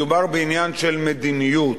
מדובר בעניין של מדיניות,